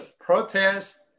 protests